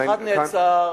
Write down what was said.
אחד נעצר